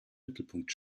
mittelpunkt